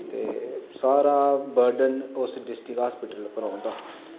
ते सारा बर्डन उस डिस्ट्रिक्ट हास्पिटल उप्पर रौह्ंदा